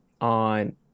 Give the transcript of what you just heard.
on